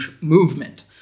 movement